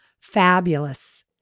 fabulous